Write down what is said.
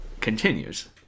continues